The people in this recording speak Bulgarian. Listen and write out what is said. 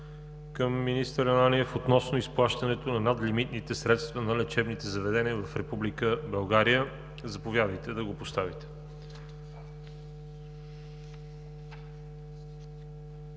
към министър Ананиев относно изплащането на надлимитните средства на лечебните заведения в Република България. Заповядайте да го поставите.